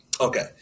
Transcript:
Okay